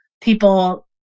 people